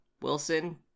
Wilson